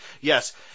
Yes